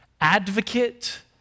advocate